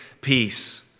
peace